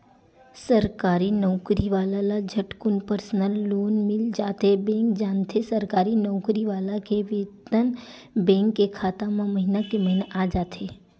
सरकारी नउकरी वाला ल झटकुन परसनल लोन मिल जाथे बेंक जानथे सरकारी नउकरी वाला के बेतन बेंक के खाता म महिना के महिना आ जाथे